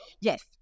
yes